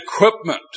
equipment